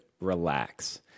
Relax